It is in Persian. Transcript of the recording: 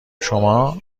شما